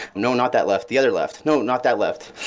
no, not that left. the other left. no, not that left.